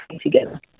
together